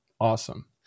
Awesome